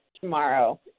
tomorrow